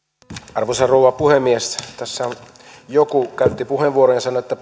arvoisa rouva puhemies tässä joku käytti puheenvuoron ja sanoi että